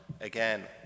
again